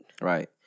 Right